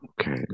Okay